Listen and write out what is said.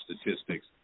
statistics